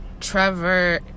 Trevor